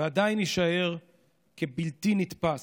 ועדיין נשאר בלתי נתפס,